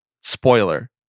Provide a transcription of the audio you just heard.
Spoiler